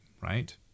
right